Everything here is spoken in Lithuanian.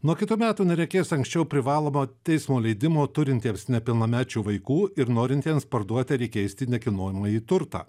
nuo kitų metų nereikės anksčiau privalomo teismo leidimo turintiems nepilnamečių vaikų ir norintiems parduoti ar įkeisti nekilnojamąjį turtą